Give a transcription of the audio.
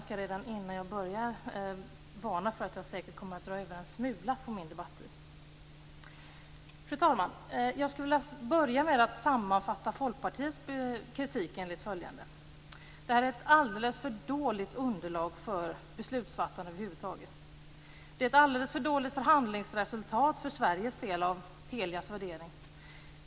Fru talman! Jag vill börja med att sammanfatta Folkpartiets kritik. Detta är ett alldeles för dåligt underlag för beslutsfattande över huvud taget. Det är ett alldeles för dåligt förhandlingsresultat för Sveriges del av Telias värdering.